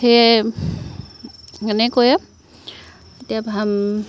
সেই এনেকৈয়ে